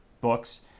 books